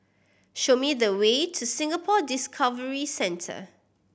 show me the way to Singapore Discovery Centre